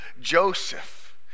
Joseph